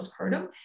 postpartum